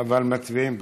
אבל מצביעים בסוף.